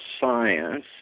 science